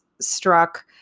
struck